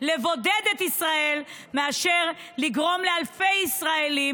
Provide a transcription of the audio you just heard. ולבודד את ישראל מאשר לגרום לאלפי ישראלים,